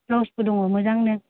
ब्लाउसबो दङ मोजांनो